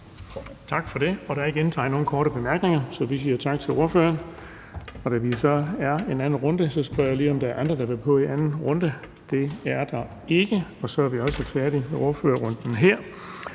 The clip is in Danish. Tak for det. Der er ikke indtegnet nogen for korte bemærkninger, så vi siger tak til ordføreren. Da vi jo så er i anden runde, spørger jeg lige, om der er andre, der vil på her i anden runde? Det er der ikke, og så er vi også færdige med ordførerrunden.